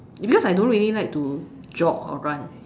because I don't really like to jog or run